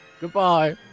Goodbye